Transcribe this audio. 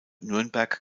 nürnberg